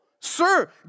Sir